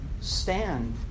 stand